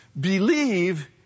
Believe